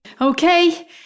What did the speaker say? Okay